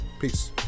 Peace